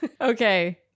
Okay